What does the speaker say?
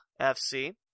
FC